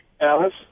Alice